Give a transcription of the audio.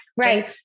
Right